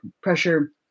pressure